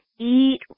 eat